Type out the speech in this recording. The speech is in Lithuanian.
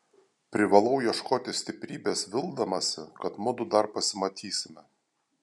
privalau ieškoti stiprybės vildamasi kad mudu dar pasimatysime